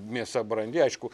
mėsa brandi aišku